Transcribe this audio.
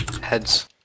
heads